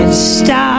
Stop